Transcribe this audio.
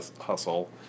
Hustle